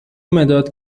مداد